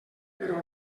però